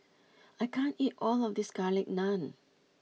I can't eat all of this Garlic Naan